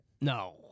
No